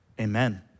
Amen